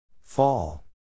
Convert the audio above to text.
Fall